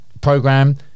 program